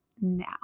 now